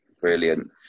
Brilliant